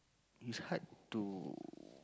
it's hard to